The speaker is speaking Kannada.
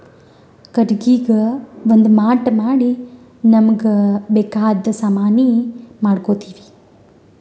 ಕಟ್ಟಿಗಿಗಾ ಒಂದ್ ಮಾಟ್ ಮಾಡಿ ನಮ್ಮ್ಗ್ ಬೇಕಾದ್ ಸಾಮಾನಿ ಮಾಡ್ಕೋತೀವಿ